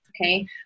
Okay